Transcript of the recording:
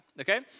Okay